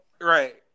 right